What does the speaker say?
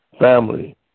family